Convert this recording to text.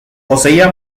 poseía